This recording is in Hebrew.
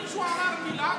האם מישהו אמר מילה,